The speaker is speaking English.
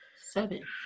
seven